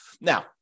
Now